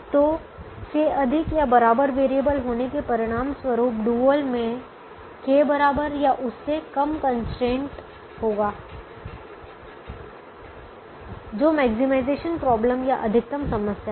तो से अधिक या बराबर वेरिएबल होने के परिणामस्वरूप डुअल में के बराबर या उससे कम कंस्ट्रेंट होगा जो मैक्सिमाइजेशन प्रॉब्लम या अधिकतम समस्या है